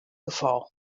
gefal